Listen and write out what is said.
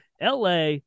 LA